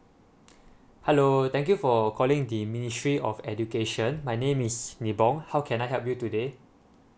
hello thank you for calling the ministry of education my name is nibong how can I help you today